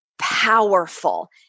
powerful